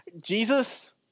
Jesus